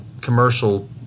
commercial